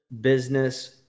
business